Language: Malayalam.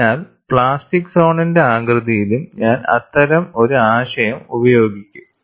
അതിനാൽ പ്ലാസ്റ്റിക് സോണിന്റെ ആകൃതിയിലും ഞാൻ അത്തരം ഒരു ആശയം ഉപയോഗിക്കും